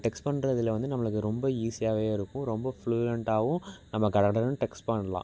text பண்ணுறதுல வந்து நம்மளுக்கு ரொம்ப ஈஸியாவே இருக்கும் ரொம்ப ஃப்ளுயெண்ட்டாவும் நம்ம கட கடனு டெக்ஸ்ட் பண்ணலாம்